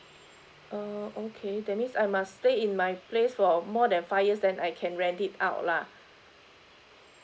err okay that means I must stay in my place for more than five years then I can rent it out lah